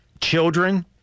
children